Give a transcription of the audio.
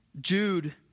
Jude